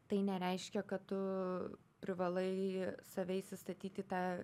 tai nereiškia kad tu privalai save įsistatyt į tą